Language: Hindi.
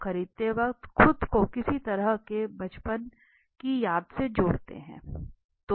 लोग खरीदते वक़्त खुद को किस तरह से बचपन की यादों से जोड़ते हैं